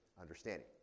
understanding